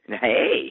Hey